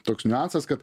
toks niuansas kad